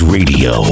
Radio